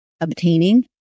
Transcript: obtaining